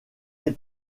les